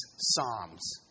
Psalms